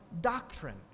doctrine